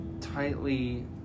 tightly